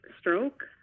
stroke